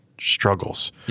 struggles